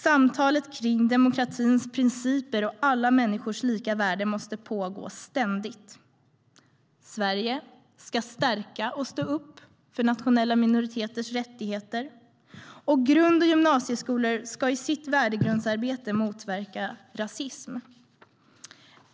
Samtalet kring demokratins principer och alla människors lika värde måste pågå ständigt. Sverige ska stärka och stå upp för nationella minoriteters rättigheter, och grund och gymnasieskolor ska i sitt värdegrundsarbete motverka rasism.